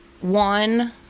one